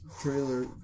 trailer